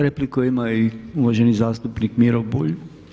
Repliku ima i uvaženi zastupnik Miro Bulj.